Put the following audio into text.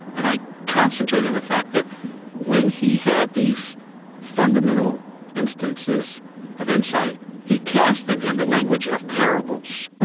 and i concentrated on the fact that when he had these fundamental instances of insight, he cast them in the language of parables.